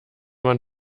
man